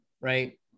right